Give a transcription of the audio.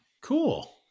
Cool